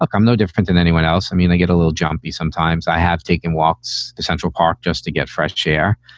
like i'm no different than anyone else. i mean, i get a little jumpy sometimes. i have taken walks in central park just to get fresh air.